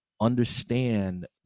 understand